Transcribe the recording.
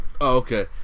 okay